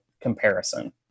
comparison